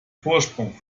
vorsprung